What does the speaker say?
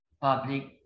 public